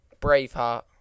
Braveheart